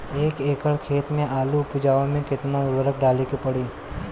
एक एकड़ खेत मे आलू उपजावे मे केतना उर्वरक डाले के पड़ी?